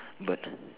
bird